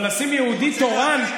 אבל לשים יהודי תורן,